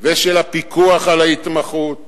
ושל הפיקוח על ההתמחות.